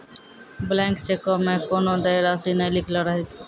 blank चेको मे कोनो देय राशि नै लिखलो रहै छै